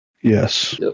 Yes